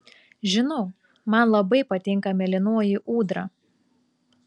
žinau man labai patinka mėlynoji ūdra